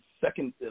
second